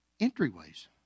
entryways